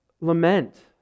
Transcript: lament